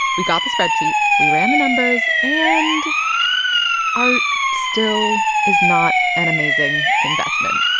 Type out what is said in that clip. we got the spreadsheet. we ran the numbers. and art still is not an amazing investment.